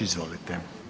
Izvolite.